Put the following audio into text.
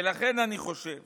ולכן אני חושב